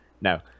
No